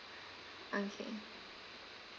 okay